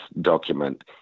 document